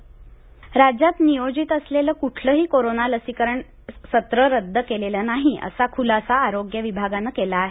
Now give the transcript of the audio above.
स्पष्टीकरण राज्यात नियोजित असलेलं कुठलंही कोरोना लसीकरण सत्र रद्द केलेलं नाही असा खुलासा आरोग्य विभागानं केला आहे